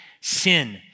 sin